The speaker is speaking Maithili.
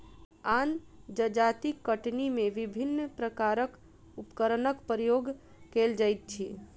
आन जजातिक कटनी मे विभिन्न प्रकारक उपकरणक प्रयोग कएल जाइत अछि